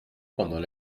pendant